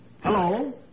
Hello